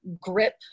grip